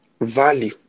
Value